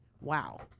Wow